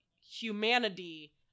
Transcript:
humanity